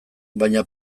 baina